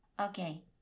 Okay